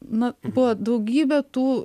na buvo daugybė tų